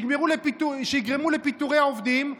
שיגרמו לפיטורי עובדים,